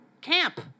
camp